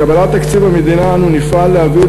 עם קבלת תקציב המדינה אנו נפעל להביא את